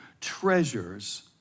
treasures